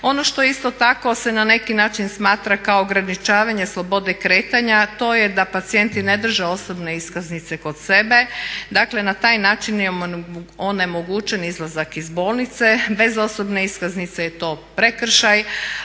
Ono što isto tako se na neki način smatra kao ograničavanje slobode kretanja, to je da pacijenti ne drže osobne iskaznice kod sebe. Dakle na taj način je onemogućen izlazak iz bolnice, bez osobne iskaznice je to prekršaj,